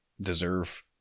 deserve